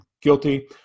Guilty